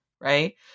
right